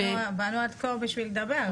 באנו עד פה בשביל לדבר.